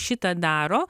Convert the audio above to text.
šitą daro